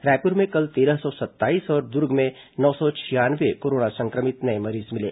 रायपुर में कल तेरह सौ सत्ताईस और दुर्ग में नौ सौ छियानवे कोरोना संक्रमित नये मरीज मिले